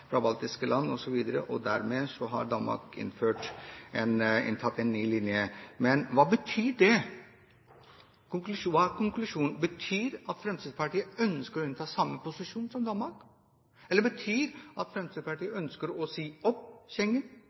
baltiske land, osv., og derfor har Danmark innført en ny linje. Men hva betyr det? Hva er konklusjonen? Betyr det at Fremskrittspartiet ønsker å innta samme posisjon som Danmark? Betyr det at Fremskrittspartiet ønsker å si opp